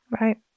Right